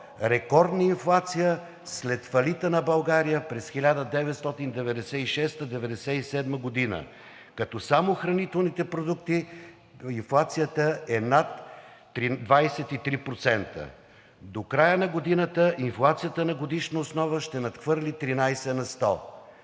Рекордна инфлация след фалита на България през 1996 г. – 1997 г., като само при хранителните продукти инфлацията е над 23%. До края на годината инфлацията на годишна основа ще надхвърли 13%.